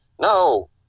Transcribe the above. No